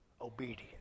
obedience